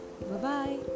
Bye-bye